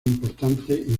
importantes